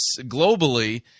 globally